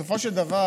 בסופו של דבר,